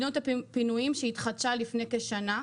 מתי יפסיקו את מדיניות הפינויים שהתחדשה לפני כשנה?